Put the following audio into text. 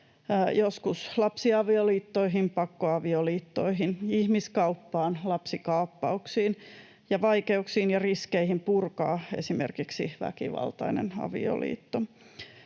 joskus lapsiavioliittoihin, pakkoavioliittoihin, ihmiskauppaan, lapsikaappauksiin sekä vaikeuksiin ja riskeihin purkaa esimerkiksi väkivaltainen avioliitto.